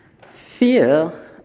Fear